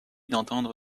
d’entendre